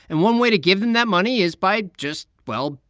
and one way to give them that money is by just, well,